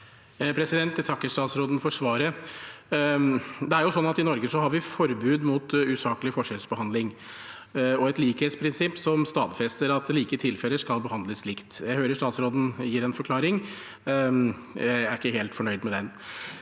Jeg takker statsråd- en for svaret. I Norge har vi forbud mot usaklig forskjellsbehandling, og vi har et likhetsprinsipp som stadfester at like tilfeller skal behandles likt. Jeg hører statsråden gi en forklaring, men jeg er ikke helt fornøyd med den.